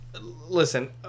listen